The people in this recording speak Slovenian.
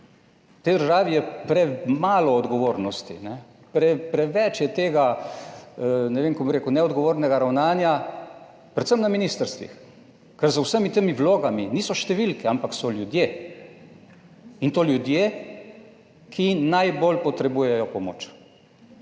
tej državi je premalo odgovornosti, ne, preveč je tega. Ne vem, kako bi rekel, neodgovornega ravnanja predvsem na ministrstvih, ker z vsemi temi vlogami niso številke, ampak so ljudje. In to ljudje, ki najbolj potrebujejo pomoč.